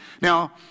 Now